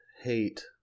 hate